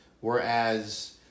whereas